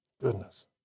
Goodness